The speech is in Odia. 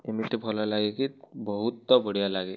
ଏମିତି ଭଲ ଲାଗେ କି ବହୁତ ବଢ଼ିଆ ଲାଗେ